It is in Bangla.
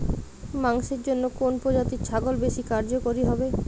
মাংসের জন্য কোন প্রজাতির ছাগল বেশি কার্যকরী হবে?